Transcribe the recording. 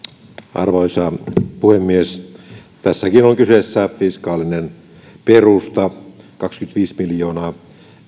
arvoisa puhemies tässäkin on kyseessä fiskaalinen perusta kaksikymmentäviisi miljoonaa